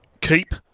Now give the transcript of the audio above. keep